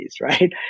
right